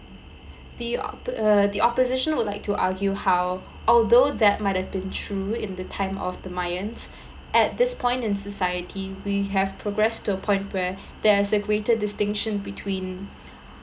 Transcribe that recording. the opp~ uh the opposition would like to argue how although that might have been true in the times of the mayans at this point in society we have progressed to a point where there's a greater distinction between